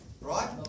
Right